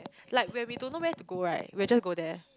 like when we don't know where to go right we will just go there